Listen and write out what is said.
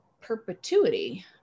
perpetuity